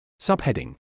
subheading